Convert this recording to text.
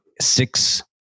six